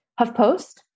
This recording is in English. HuffPost